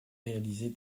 réaliser